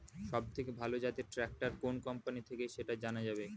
সবথেকে ভালো জাতের ট্রাক্টর কোন কোম্পানি থেকে সেটা জানা যাবে?